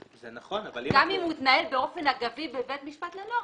גם אם הוא מתנהל באופן אגבי בבית משפט לנוער,